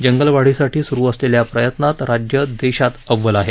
जंगलवाढीसाठी सुरू असलेल्या प्रयत्नात राज्य देशात अव्वल आहे